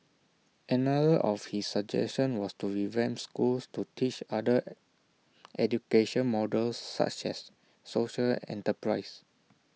another of his suggestion was to revamp schools to teach other education models such as social enterprise